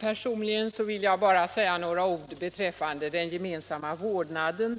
Herr talman! Jag vill bara säga några ord beträffande gemensam vårdnad.